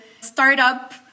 startup